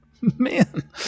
man